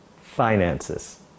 finances